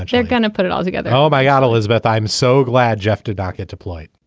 they're going to put it all together. oh, my god. elizabeth, i'm so glad jeff did not get deployed.